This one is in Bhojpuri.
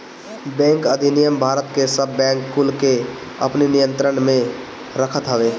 बैंक अधिनियम भारत के सब बैंक कुल के अपनी नियंत्रण में रखत हवे